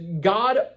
God